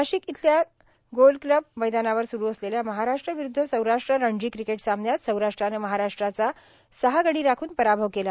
नाशिक इथल्या golf club मैदानावर स्रु असलेल्या महाराष्ट्र विरुद्ध सौराष्ट्र रणजी क्रीकेट सामन्यात सौराष्ट्रानं महाराष्ट्राचा सहा गडी राखून पराभव केला